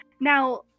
Now